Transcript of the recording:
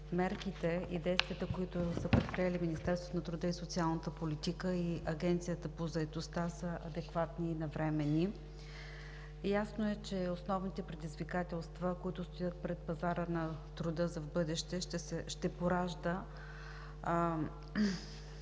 мерките и действията, които са предприели Министерството на труда и социалната политика и Агенцията по заетостта, са адекватни и навременни. Ясно е, че основните предизвикателства, които стоят пред пазара на труда за в бъдеще, ще се пораждат